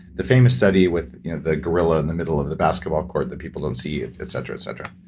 the famous study with the gorilla in the middle of the basketball court that people don't see, et cetera, et cetera.